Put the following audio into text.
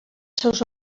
seus